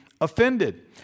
offended